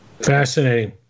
Fascinating